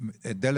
לגבי